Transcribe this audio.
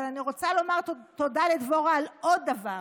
אבל אני רוצה לומר תודה לדבורה על עוד דבר,